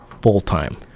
full-time